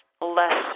less